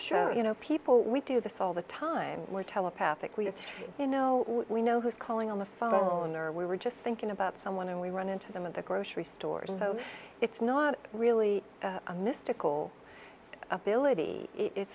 sure you know people we do this all the time we're telepathically you know we know who's calling on the phone or we were just thinking about someone and we run into them in the grocery stores and so it's not really a mystical ability it's